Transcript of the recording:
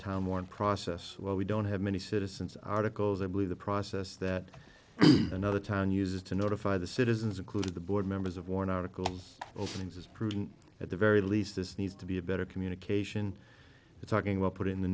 time one process well we don't have many citizens articles i believe the process that another town uses to notify the citizens including the board members of warren articles over things is prudent at the very least this needs to be a better communication it's working well put in the